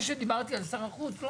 זה שדיברתי על שר החוץ לא